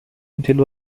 تلو